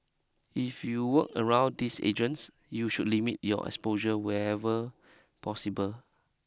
if you work around these agents you should limit your exposure whenever possible